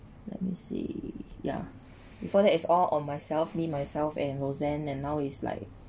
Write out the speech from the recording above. let me see ya before that is all on myself me myself and roseanne and now is like